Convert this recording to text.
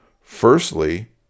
Firstly